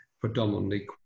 predominantly